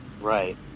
Right